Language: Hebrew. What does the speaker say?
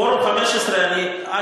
פורום ה-15, א.